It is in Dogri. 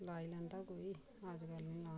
लाई लैंदा कोई अज्जकल नेई लाना होंदे